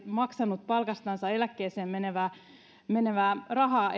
maksanut palkastansa eläkkeeseen menevää menevää rahaa